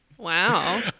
Wow